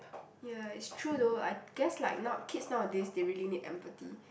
ya it's true though I guess like not kids nowadays they really need empathy